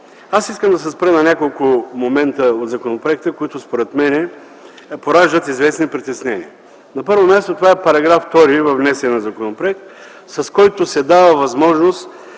Аз искам да се спра на няколко момента в законопроекта, които според мен пораждат известни притеснения. На първо място, това е § 2 във внесения законопроект, с който се дава възможност